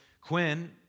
Quinn